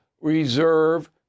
reserve